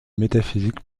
métaphysique